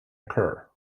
occur